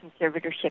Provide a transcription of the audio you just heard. conservatorship